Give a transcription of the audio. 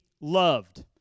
loved